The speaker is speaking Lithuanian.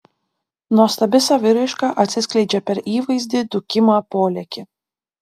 nuostabi saviraiška atsiskleidžia per įvaizdį dūkimą polėkį